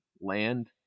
land